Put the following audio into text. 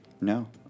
No